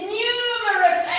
numerous